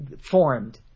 formed